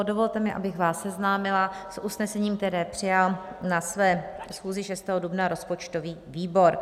Dovolte mi, abych vás seznámila s usnesením, které přijal na své schůzi 6. dubna rozpočtový výbor.